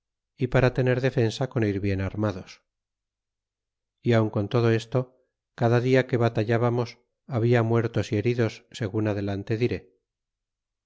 y para tener defensa con ir bien armados y aun con todo esto cada dia que batallábamos habia muertos y heridos segun adelante diré